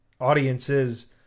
audiences